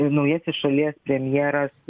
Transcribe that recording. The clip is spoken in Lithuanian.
naujasis šalies premjeras